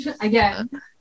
again